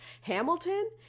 Hamilton